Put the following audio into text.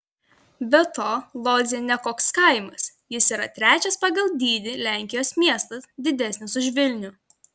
be to lodzė ne koks kaimas jis yra trečias pagal dydį lenkijos miestas didesnis už vilnių